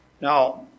Now